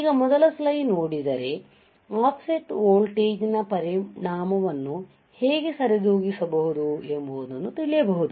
ಈಗ ಮೋದಲ ಸ್ಲೈಡ್ ನೋಡಿದರೆ ಆಫ್ಸೆಟ್ ವೋಲ್ಟೇಜ್ನ ಪರಿಣಾಮವನ್ನು ಹೇಗೆ ಸರಿದೂಗಿಸಬಹುದು ಎಂಬುದನ್ನು ತಿಳಿಯಬಹುದು